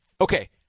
Okay